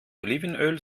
olivenöl